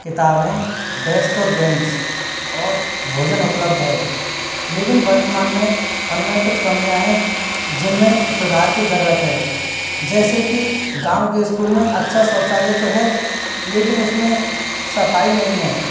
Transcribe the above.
किताबें डेस्क और बेंच और भोजन उपलब्ध है लेकिन वर्तमान में उनमें कुछ कमियां है जिनमें सुधार की ज़रूरत है जैसे कि गाँव के स्कूल में अच्छा शौचालय तो है लेकिन उसमें सफाई नहीं है